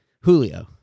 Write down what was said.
Julio